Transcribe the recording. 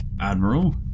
Admiral